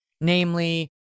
namely